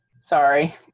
Sorry